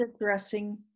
addressing